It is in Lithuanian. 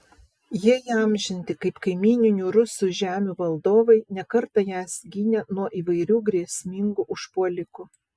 jie įamžinti kaip kaimyninių rusų žemių valdovai ne kartą jas gynę nuo įvairių grėsmingų užpuolikų